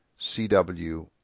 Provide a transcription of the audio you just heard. CW